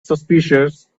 suspicious